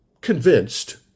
convinced